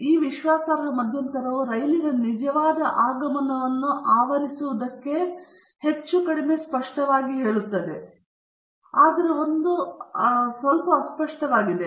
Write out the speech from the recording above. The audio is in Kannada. ಈ ವಿಶ್ವಾಸಾರ್ಹ ಮಧ್ಯಂತರವು ರೈಲಿನ ನಿಜವಾದ ಆಗಮನವನ್ನು ಆವರಿಸುವುದಕ್ಕೆ ಹೆಚ್ಚು ಅಥವಾ ಕಡಿಮೆ ಸ್ಪಷ್ಟವಾಗಿದೆ ಆದರೆ ಅದು ಅಸ್ಪಷ್ಟವಾಗಿದೆ